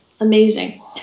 amazing